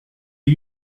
are